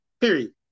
Period